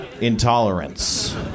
intolerance